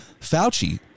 Fauci